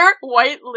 white